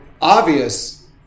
obvious